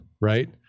Right